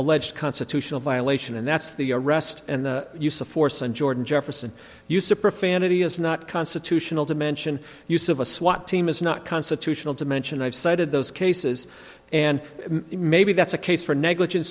alleged constitutional violation and that's the arrest and the use of force and jordan jefferson use a profanity is not constitutional to mention use of a swat team is not constitutional to mention i've cited those cases and maybe that's a case for negligen